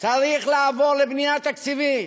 צריך לעבור לבנייה תקציבית.